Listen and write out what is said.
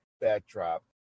backdrop